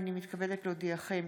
הינני מתכבדת להודיעכם,